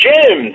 Jim